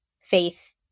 faith